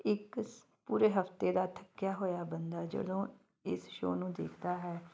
ਇੱਕ ਪੂਰੇ ਹਫਤੇ ਦਾ ਥੱਕਿਆ ਹੋਇਆ ਬੰਦਾ ਜਦੋਂ ਇਸ ਸ਼ੋਅ ਨੂੰ ਦੇਖਦਾ ਹੈ